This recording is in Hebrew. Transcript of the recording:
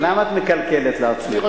אני רוצה, למה את מקלקלת לעצמך?